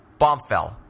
Bombfell